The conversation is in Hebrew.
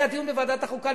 היה דיון בוועדת החוקה,